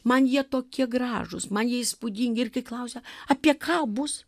man jie tokie gražūs man jie įspūdingi ir kai klausia apie ką bus